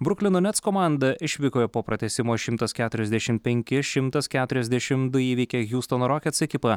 bruklino nets komanda išvykoj po pratęsimo šimtas keturiasdešim penki šimtas keturiasdešim du įveikė hjustono rockets ekipą